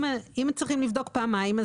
אם צריכים לבדוק פעמיים,